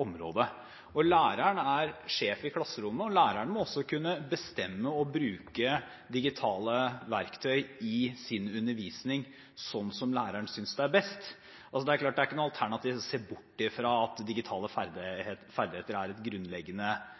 område. Læreren er sjef i klasserommet, og læreren må også kunne bestemme å bruke digitale verktøy i sin undervisning, slik læreren synes det er best. Det er klart ikke noe alternativ å se bort fra at digitale ferdigheter er grunnleggende,